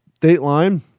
Dateline